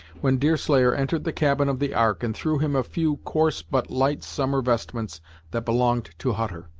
when deerslayer entered the cabin of the ark and threw him a few coarse but light summer vestments that belonged to hutter.